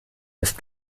ist